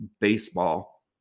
Baseball